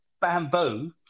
bamboo